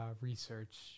research